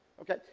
Okay